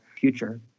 future